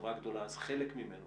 לחברה גדולה, חלק ממנו